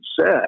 set